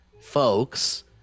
folks